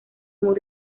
muy